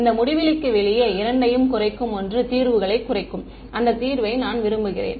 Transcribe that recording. இந்த முடிவிலிக்கு வெளியே இரண்டையும் குறைக்கும் ஒன்று தீர்வுகளை குறைக்கும் அந்த தீர்வை நான் விரும்புகிறேன்